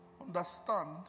understand